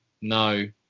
no